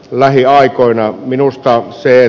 lähiaikoina minusta se